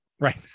Right